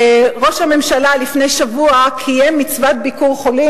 ראש הממשלה קיים מצוות ביקור חולים